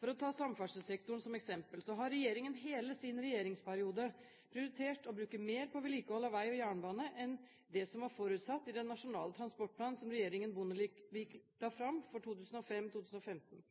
For å ta samferdselssektoren som eksempel har regjeringen i hele sin regjeringsperiode prioritert å bruke mer på vedlikehold av vei og jernbane enn det som var forutsatt i den nasjonale transportplanen som regjeringen Bondevik la fram for 2006–2015.